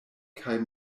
kaj